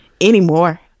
anymore